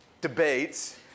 debates